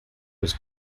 was